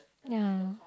yeah